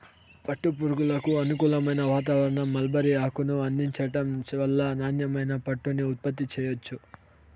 పట్టు పురుగులకు అనుకూలమైన వాతావారణం, మల్బరీ ఆకును అందించటం వల్ల నాణ్యమైన పట్టుని ఉత్పత్తి చెయ్యొచ్చు